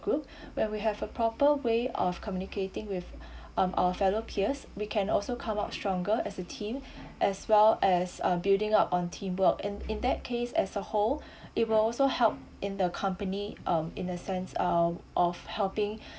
group where we have a proper way of communicating with um our fellow peers we can also come out stronger as a team as well as uh building up on teamwork and in that case as a whole it will also help in the company um in a sense uh of helping